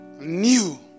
new